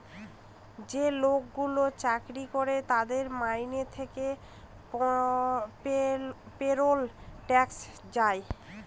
যে লোকগুলো চাকরি করে তাদের মাইনে থেকে পেরোল ট্যাক্স যায়